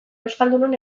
euskaldunon